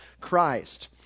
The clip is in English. christ